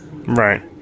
Right